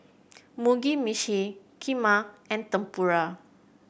Mugi Meshi Kheema and Tempura